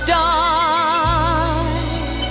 die